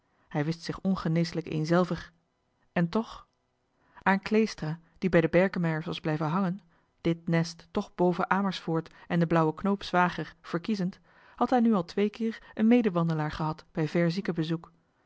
hij wist zich ongeneeslijk eenzelvig en toch aan kleestra die bij de berkemeiers was blijven hangen dit nest toch boven amersfoort en den blauwe knoopszwager verkiezend had hij nu al twee keer een medewandelaar gehad bij